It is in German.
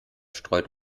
streut